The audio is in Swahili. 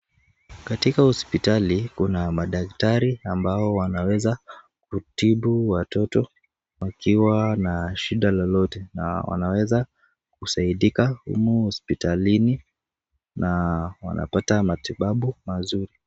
Katika hospitali kuna madaktari ambao wanaweza kutibu watoto wakiwa na shida lolote na wanaweza kusaidika humo hospitalini na wanapata matibabu mazuri.